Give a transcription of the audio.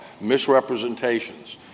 misrepresentations